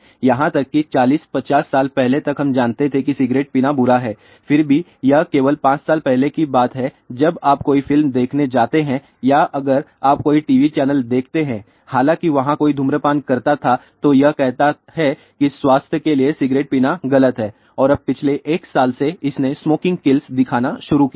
यहाँ तक कि ४० ५० साल पहले तक हम जानते थे कि सिगरेट पीना बुरा है फिर भी यह केवल ५ साल पहले की बात है जब आप कोई फिल्म देखने जाते हैं या अगर आप कोई टीवी चैनल देखते हैं हालाँकि वहाँ कोई धूम्रपान करता था तो यह कहता है कि स्वास्थ्य के लिए सिगरेट पीना गलत है और अब पिछले 1 साल से इसने स्मोकिंग किल्स दिखाना शुरू किया है